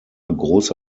große